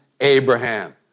Abraham